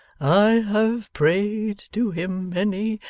i have prayed to him, many,